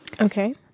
Okay